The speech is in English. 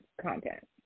content